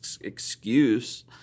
excuse